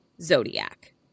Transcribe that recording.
Zodiac